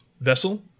vessel